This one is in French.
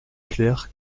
clair